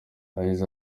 yagize